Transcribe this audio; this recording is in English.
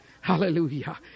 Hallelujah